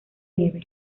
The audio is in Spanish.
nieve